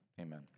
Amen